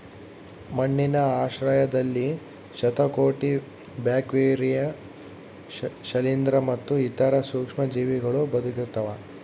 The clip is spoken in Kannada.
ಮಣ್ಣಿನ ಆಶ್ರಯದಲ್ಲಿ ಶತಕೋಟಿ ಬ್ಯಾಕ್ಟೀರಿಯಾ ಶಿಲೀಂಧ್ರ ಮತ್ತು ಇತರ ಸೂಕ್ಷ್ಮಜೀವಿಗಳೂ ಬದುಕಿರ್ತವ